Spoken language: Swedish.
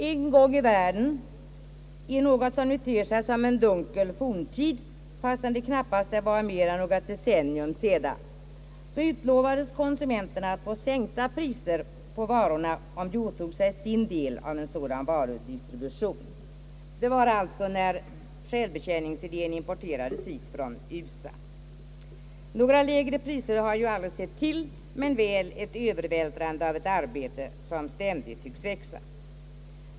En gång i världen, i något som nu ter sig som en dunkel forntid, fastän det knappast kan vara mer än några decennier sedan, utlovades konsumenterna att få sänkta priser på varorna, om de åtog sig en sådan del av varudistributionen. Det var när självbetjäningsidén importerades hit från USA. Några lägre priser har vi aldrig sett till, men väl ett övervältrande av ett arbete som ständigt tycks växa.